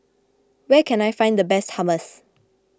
where can I find the best Hummus